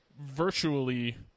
virtually –